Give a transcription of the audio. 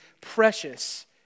precious